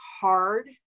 hard